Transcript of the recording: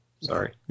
sorry